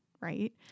right